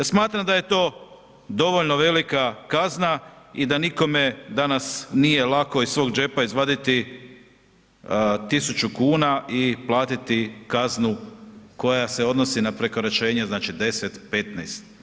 Ja smatram da je to dovoljno velika kazna i da nikome danas nije lako iz svog džepa izvaditi 1.000,00 kn i platiti kaznu koja se odnosi na prekoračenje, znači, 10, 15.